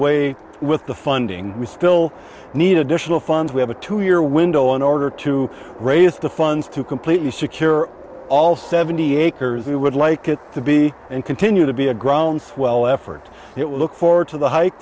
way with the funding we still need additional funds we have a two year window in order to raise the funds to completely secure all seventy acres we would like it to be and continue to be a groundswell effort it will look forward to the